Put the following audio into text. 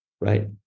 right